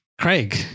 Craig